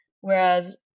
Whereas